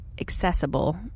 accessible